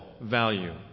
value